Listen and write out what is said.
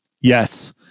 Yes